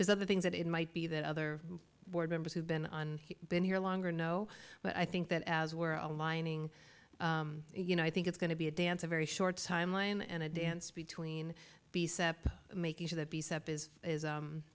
there's other things that it might be that other board members who've been on been here longer know but i think that as we're aligning you know i think it's going to be a dance a very short timeline and a dance between the seppo making sure that the sept is